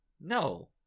No